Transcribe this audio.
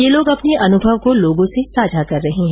ये लोग अपने अनुभव को लोगों से साझा कर रहे है